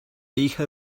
hija